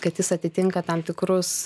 kad jis atitinka tam tikrus